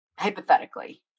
Hypothetically